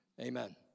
Amen